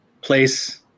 place